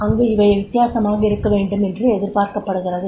அங்கு இவை வித்தியாசமாக இருக்க வேண்டும் என்று எதிர்பார்க்கப்படுகிறது